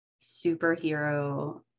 superhero